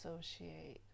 associate